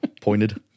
pointed